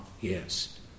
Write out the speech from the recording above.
yes